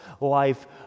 life